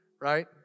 Right